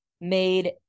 made